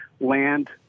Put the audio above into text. land